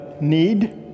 need